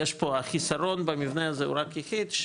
החיסרון במבנה הזה הוא רק יחיד,